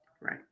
right